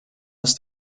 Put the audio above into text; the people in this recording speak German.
ist